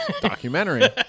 Documentary